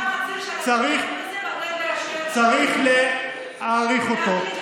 צריך, להאריך אותו.